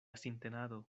sintenado